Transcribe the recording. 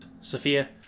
Sophia